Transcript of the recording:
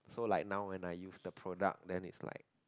so like now when I use the product then is like